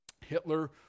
Hitler